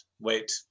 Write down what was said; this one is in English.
Wait